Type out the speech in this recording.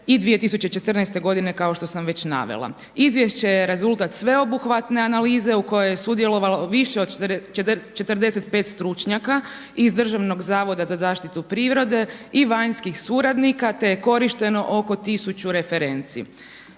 i 2014. godine kao što sam već navela. Izvješće je rezultat sveobuhvatne analize u kojoj je sudjelovalo više od 45 stručnjaka iz Državnog zavoda za zaštitu prirode i vanjskih suradnika te je korišteno oko tisuću referenci.